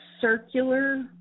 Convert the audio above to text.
circular